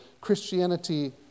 Christianity